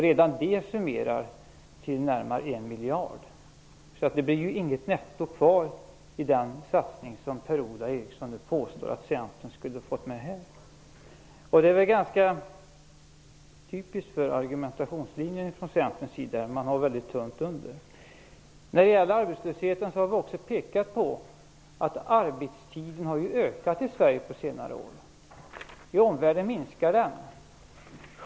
Redan det motsvarar närmare en miljard. Det blir alltså inget netto kvar i den satsning som Per-Ola Eriksson nu påstår att Centern skulle ha fått med här. Detta är ganska typiskt för den argumentationslinje som Centern driver; man har tunt under. Vi har också pekat på att arbetstiden faktiskt har ökat i Sverige på senare år, medan den minskar i omvärlden.